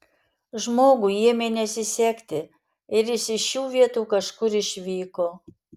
žmogui ėmė nesisekti ir jis iš šių vietų kažkur išvyko